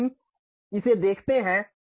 तो हम इसे देखते हैं